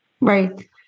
Right